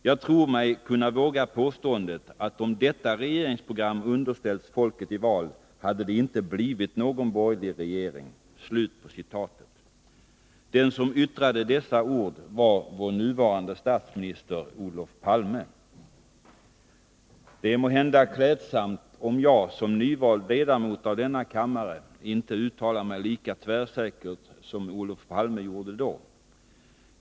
Jag tror mig kunna våga påståendet att om detta regeringsprogram underställts folket i val hade det inte blivit någon borgerlig regering.” Den som yttrade dessa ord var vår nuvarande statsminister Olof Palme. Det är måhända klädsamt, om jag som nyvald ledamot av denna kammare inte uttalar mig lika tvärsäkert som Olof Palme gjorde då.